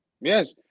Yes